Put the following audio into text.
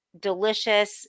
delicious